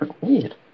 Weird